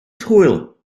hwyl